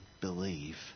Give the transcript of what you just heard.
believe